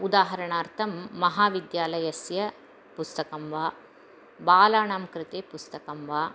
उदाहरणार्थं महाविद्यालयस्य पुस्तकं वा बालानां कृते पुस्तकं वा